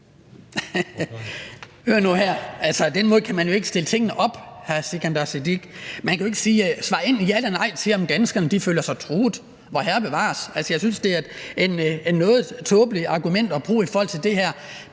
Hør nu her. Den måde kan man jo ikke stille tingene op på, hr. Sikandar Siddique. Man kan jo ikke svare enten ja eller nej til, om danskerne føler sig truede. Vorherre bevares! Jeg synes, det er et noget tåbeligt argument at bruge i forhold til det her.